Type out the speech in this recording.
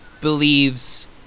believes